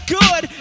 good